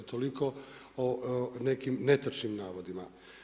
Toliko o nekim netočnim navodima.